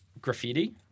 graffiti